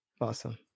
Awesome